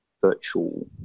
virtual